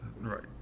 Right